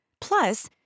Plus